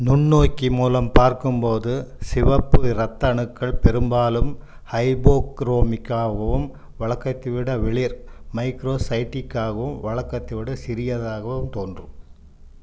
நுண்ணோக்கி மூலம் பார்க்கும்போது சிவப்பு இரத்த அணுக்கள் பெரும்பாலும் ஹைபோக்ரோமிக்காகவும் வழக்கத்தை விட வெளிர் மைக்ரோசைடிக்காகவும் வழக்கத்தை விட சிறியதாகவும் தோன்றும்